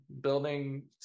Building